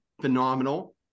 phenomenal